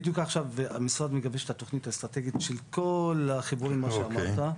בדיוק עכשיו המשרד מגבש את התוכנית האסטרטגית של כל החיבורים שאמרת.